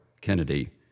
Kennedy